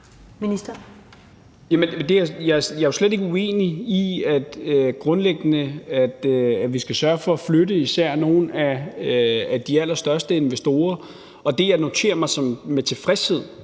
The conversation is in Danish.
slet ikke uenig i, at vi skal sørge for at flytte især nogle af de allerstørste investorer, og det, jeg noterer mig med tilfredshed